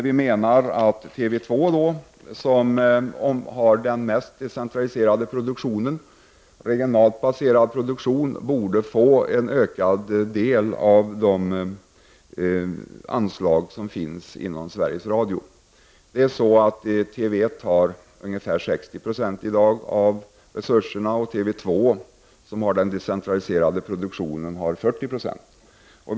Vi menar att TV 2 som har den mest decentraliserade produktionen, regionalt baserad produktion, borde få en ökad del av de anslag som finns inom Sveriges Radio. Kanal 1 får i dag 60 20 av resurserna, och TV 2, som har den decentraliserade produktionen, får 40 96.